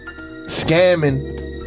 scamming